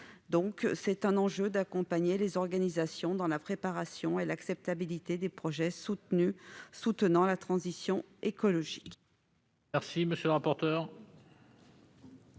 L'enjeu est d'accompagner les organisations dans la préparation et l'acceptabilité des projets soutenant la transition écologique.